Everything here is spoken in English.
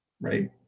right